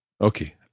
Okay